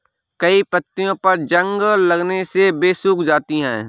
कई पत्तियों पर जंग लगने से वे सूख जाती हैं